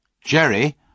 Jerry